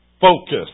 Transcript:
focus